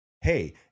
hey